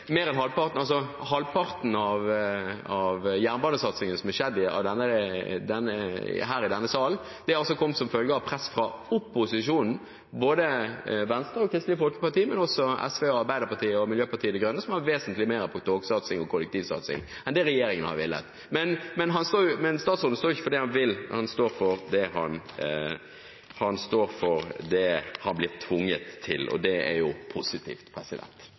halvparten av jernbanesatsingen som har skjedd i denne salen, har kommet som følge av press fra opposisjonen, ikke bare fra Venstre og Kristelig Folkeparti, men også fra SV, Arbeiderpartiet og Miljøpartiet De Grønne, som har satset vesentlig mer på kollektiv og tog enn det regjeringen har villet gjøre. Men statsråden står ikke for det han vil, han står for det han har blitt tvunget til – og det er jo positivt.